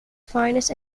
finest